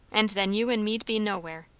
and then you and me'd be nowhere.